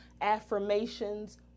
affirmations